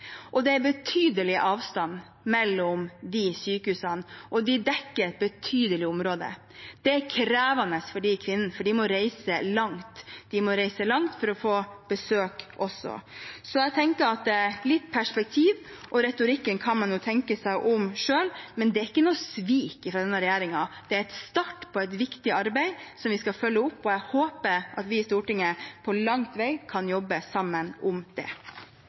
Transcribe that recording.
Det er betydelig avstand mellom de sykehusene, og de dekker et betydelig område. Det er krevende for disse kvinnene, for de må reise langt. De må også reise langt for å få besøk. Så jeg tenker at vi må ha litt perspektiv. Retorikken kan man jo tenke over selv, men det er ikke noe svik fra denne regjeringen. Det er starten på et viktig arbeid, som vi skal følge opp, og jeg håper at vi i Stortinget langt på vei kan jobbe sammen om det.